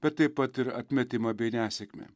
bet taip pat ir atmetimą bei nesėkmę